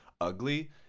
ugly